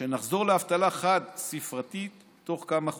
שנחזור לאבטלה חד-ספרתית בתוך כמה חודשים.